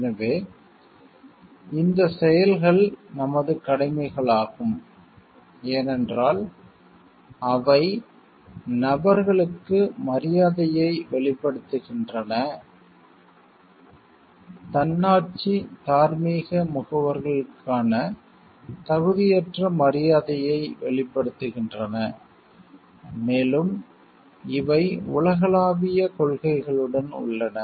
எனவே இந்த செயல்கள் நமது கடமைகளாகும் ஏனென்றால் அவை நபர்களுக்கு மரியாதையை வெளிப்படுத்துகின்றன தன்னாட்சி தார்மீக முகவர்களுக்கான தகுதியற்ற மரியாதையை வெளிப்படுத்துகின்றன மேலும் இவை உலகளாவிய கொள்கைகளுடன் உள்ளன